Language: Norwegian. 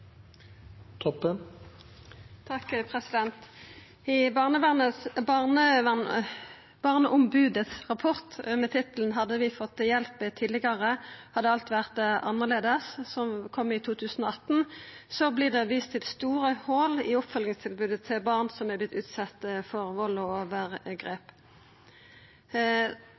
I Barneombodets rapport med tittelen «Hadde vi fått hjelp tidligere, hadde alt vært annerledes», som kom i 2018, vert det vist til store hol i oppfølgingstilbodet til barn som har vore utsette for vald og overgrep.